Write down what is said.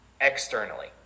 externally